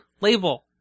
label